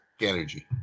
energy